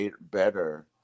better